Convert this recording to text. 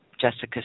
Jessica